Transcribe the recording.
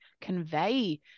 convey